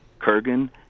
Kurgan